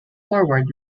forward